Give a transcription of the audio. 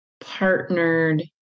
partnered